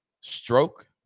stroke